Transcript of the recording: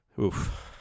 Oof